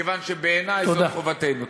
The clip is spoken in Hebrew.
כיוון שבעיני זאת חובתנו.